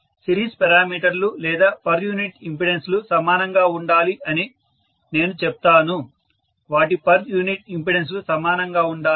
series పెరామీటర్లు లేదా per unit ఇంపెడెన్స్లు సమానంగా ఉండాలి అని నేను చెప్తాను వాటి పర్ యూనిట్ ఇంపెడెన్స్లు సమానంగా ఉండాలి